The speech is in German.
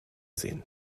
sehen